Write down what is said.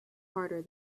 harder